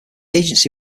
agency